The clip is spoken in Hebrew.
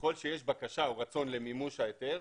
ככל שיש בקשה או רצון למימוש ההיתר,